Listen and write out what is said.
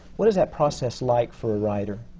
what is that process like for a writer?